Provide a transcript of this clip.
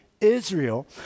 Israel